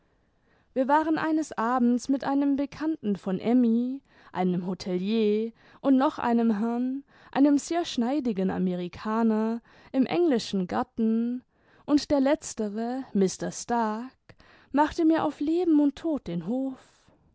wir waren eines abends mit einem bekannten von emmy einem hotelier und noch einem herrn einem sehr schneidigen amerikaner im englischen garten und der letztere mister staak machte mir auf leben und tod den hof